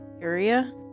area